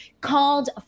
called